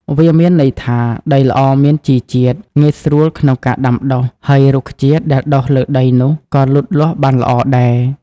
វាមានន័យថា ដីល្អមានជីជាតិ ងាយស្រួលក្នុងការដាំដុះ ហើយរុក្ខជាតិដែលដុះលើដីនោះក៏លូតលាស់បានល្អដែរ។